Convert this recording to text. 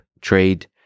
trade